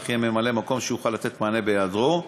יהיה ממלא-מקום שיוכל לתת מענה בהיעדרו.